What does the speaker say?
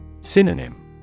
Synonym